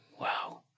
wow